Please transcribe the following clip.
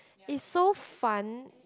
is so fun